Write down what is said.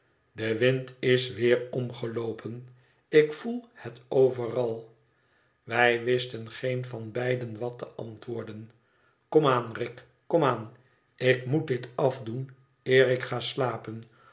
de wind is weer omgeloopen ik voel het overal wij wisten geen van beiden wat te antwoorden kom aan rick kom aan ik moet dit afdoen eer ik ga slapen